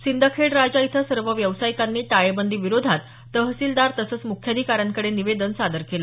सिंदखेडराजा इथं सर्व व्यावसायिकांनी टाळेबंदी विरोधात तहसीलदार तसंच म्ख्याधिकाऱ्यांकडे निवेदन सादर केलं